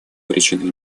причиной